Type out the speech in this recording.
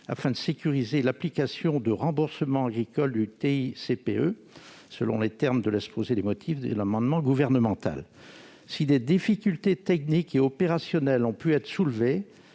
afin de sécuriser l'application du remboursement agricole de la TICPE, selon les termes de l'exposé des motifs de l'amendement gouvernemental. Si des difficultés techniques et opérationnelles ont pu être soulevées,